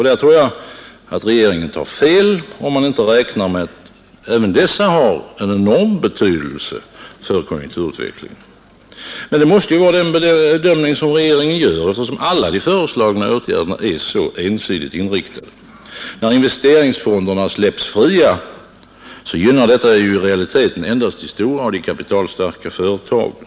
Jag tror att regeringen tar fel, då man inte räknar med att också dessa har en enorm betydelse för konjunkturutvecklingen. Men det måste vara den bedömningen regeringen gör, eftersom alla de föreslagna åtgärderna är så ensidigt inriktade. När investeringsfonderna släpps fria gynnar det i realiteten endast de stora och kapitalstarka företagen.